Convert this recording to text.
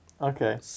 Okay